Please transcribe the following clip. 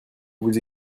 vous